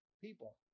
people